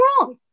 wrong